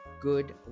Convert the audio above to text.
Good